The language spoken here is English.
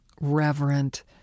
reverent